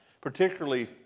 particularly